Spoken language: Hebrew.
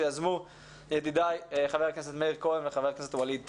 שיזמו ידידיי חבר הכנסת מאיר כהן וחבר הכנסת ווליד טאהא.